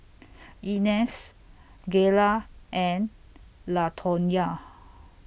Inez Gayla and Latonya